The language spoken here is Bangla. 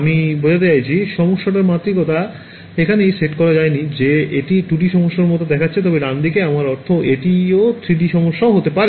আমি বোঝাতে চাইছি সমস্যার মাত্রিকতা এখনই সেট করা হয়নি যা এটি 2D সমস্যার মতো দেখাচ্ছে তবে ডানদিকে আমার অর্থ এটি কোনও 3 ডি সমস্যা হতে পারে